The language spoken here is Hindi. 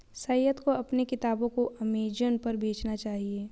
सैयद को अपने किताबों को अमेजन पर बेचना चाहिए